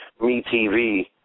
MeTV